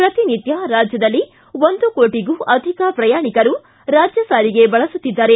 ಪ್ರತಿನಿತ್ಯ ರಾಜ್ಯದಲ್ಲಿ ಒಂದು ಕೋಟಗೂ ಅಧಿಕ ಪ್ರಯಾಣಿಕರು ರಾಜ್ಯ ಸಾರಿಗೆ ಬಳಸುತ್ತಿದ್ದಾರೆ